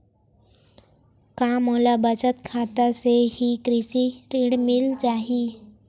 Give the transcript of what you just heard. का मोला बचत खाता से ही कृषि ऋण मिल जाहि?